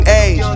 age